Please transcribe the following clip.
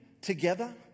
together